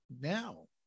now